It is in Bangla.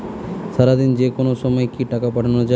সারাদিনে যেকোনো সময় কি টাকা পাঠানো য়ায়?